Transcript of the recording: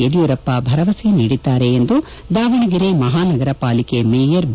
ಯಡಿಯೂರಪ್ಪ ಭರವಸೆ ನೀಡಿದ್ದಾರೆ ಎಂದು ದಾವಣಗೆರೆ ಮಹಾನಗರ ಪಾಲಿಕೆ ಮೇಯರ್ ಬಿ